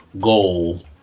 goal